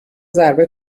ضربه